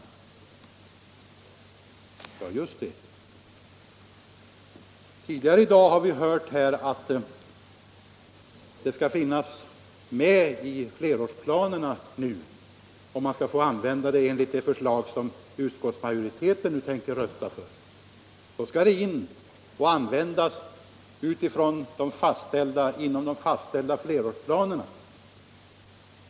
Ja, just det! Tidigare i dag har vi hört att det anslaget skall finnas med i flerårsplanerna nu och att man skall få använda det enligt det förslag som utskottsmajoriteten tänker rösta för. Då skall det användas enligt de fastställda flerårsplanerna.